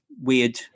Weird